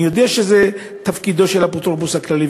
אני יודע שזה תפקידו של האפוטרופוס הכללי,